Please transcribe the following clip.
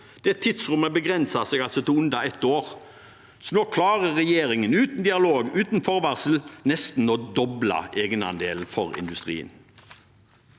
Det tidsrommet begrenset seg altså til under ett år. Nå klarer regjeringen altså – uten dialog, uten forvarsel – nesten å doble egenandelen for industrien.